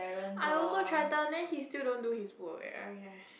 I also threaten then he still don't do his work eh !aiya!